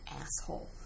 asshole